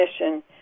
mission